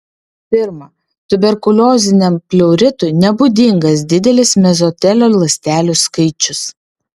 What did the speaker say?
pirma tuberkulioziniam pleuritui nebūdingas didelis mezotelio ląstelių skaičius